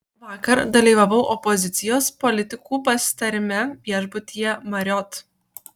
vakar dalyvavau opozicijos politikų pasitarime viešbutyje marriott